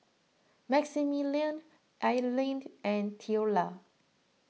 Maximilian Ilened and theola